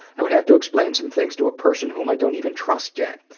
i would have to explain some things to a person whom i don't even trust yet.